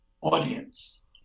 audience